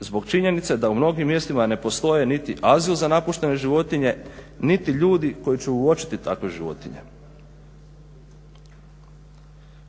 zbog činjenice da u mnogim mjestima ne postoje niti azil za napuštene životinje niti ljudi koji će uočiti takve životinje.